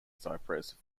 cyprus